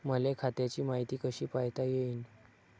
मले खात्याची मायती कशी पायता येईन?